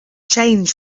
change